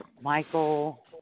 Michael